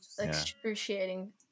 excruciating